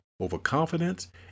overconfidence